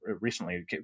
recently